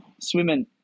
swimming